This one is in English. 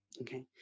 Okay